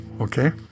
okay